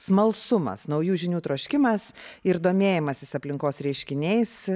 smalsumas naujų žinių troškimas ir domėjimasis aplinkos reiškiniais